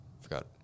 forgot